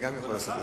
נתקבלה.